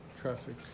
Traffic